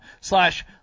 slash